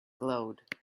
glowed